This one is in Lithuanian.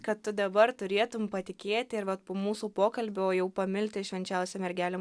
kad dabar turėtum patikėti ir vat po mūsų pokalbio jau pamilti švenčiausią mergelę